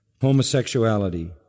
homosexuality